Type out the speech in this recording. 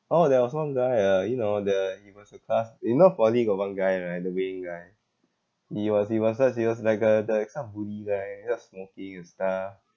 oh there was one guy uh you know the he was in class you know poly got one guy right the weird guy he was he was just he was like a the like some bully guy you know smoking and stuff